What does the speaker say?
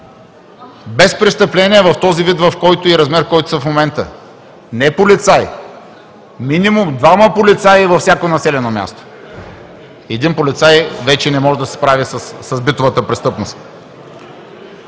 Без престъпления в този вид и размер, в който са в момента. Не полицай, минимум двама полицаи във всяко населено място – един полицай вече не може да се справя с битовата престъпност.